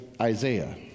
Isaiah